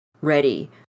ready